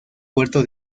puerto